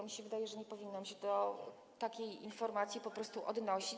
Mnie się wydaje, że nie powinnam się do takiej informacji po prostu odnosić.